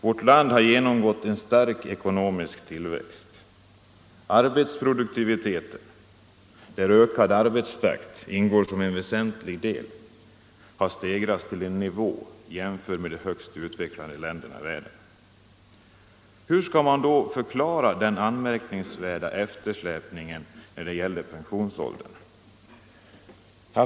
Vårt land har genomgått en stark ekonomisk tillväxt. Produktiviteten, där ökad arbetstakt ingår som en väsentlig del, har stegrats till en nivå jämförbar med de högst utvecklade ländernas. Hur skall man då förklara den anmärkningsvärda eftersläpningen när det gäller pensionsåldern?